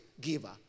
giver